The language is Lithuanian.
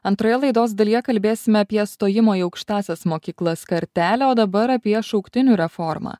antroje laidos dalyje kalbėsime apie stojimo į aukštąsias mokyklas kartelę o dabar apie šauktinių reformą